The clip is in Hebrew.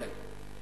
אולי.